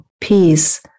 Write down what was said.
peace